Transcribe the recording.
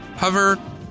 Hover